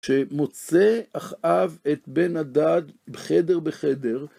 שמוצא אחאב את בן הדד בחדר בחדר.